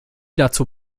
dazu